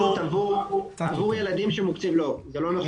עבור ילדים שמוקצים, לא, זה לא נכון.